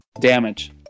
damage